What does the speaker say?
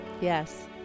Yes